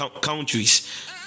countries